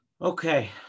Okay